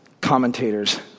commentators